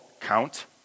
Count